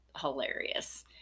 hilarious